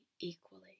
equally